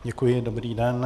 Děkuji, dobrý den.